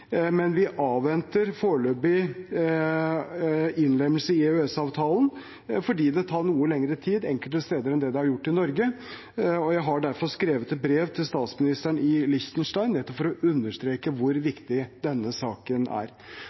men vi avventer foreløpig innlemmelse i EØS-avtalen fordi det tar noe lengre tid enkelte andre steder enn det har gjort i Norge. Jeg har derfor skrevet et brev til statsministeren i Liechtenstein nettopp for å understreke hvor viktig denne saken er.